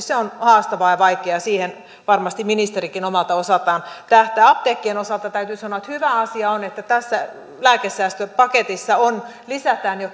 se on haastavaa ja vaikeaa ja siihen varmasti ministerikin omalta osaltaan tähtää apteekkien osalta täytyy sanoa että hyvä asia on että tässä lääkesäästöpaketissa lisätään jo